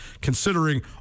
considering